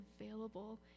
available